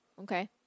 okay